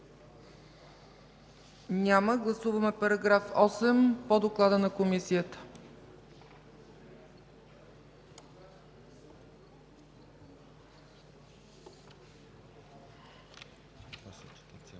Няма. Гласуваме § 8 по доклада на Комисията.